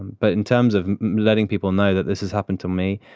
but in terms of letting people know that this has happened to me,